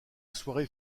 soirée